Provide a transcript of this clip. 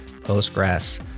Postgres